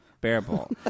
Bearable